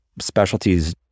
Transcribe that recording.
specialties